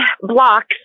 blocks